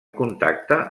contacte